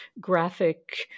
graphic